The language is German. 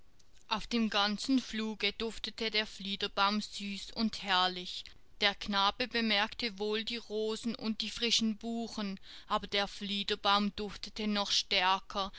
auf dem ganzen fluge duftete der fliederbaum süß und herrlich der knabe bemerkte wohl die rosen und die frischen buchen aber der fliederbaum duftete noch stärker